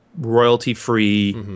royalty-free